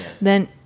then-